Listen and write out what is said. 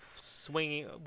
swinging